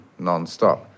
nonstop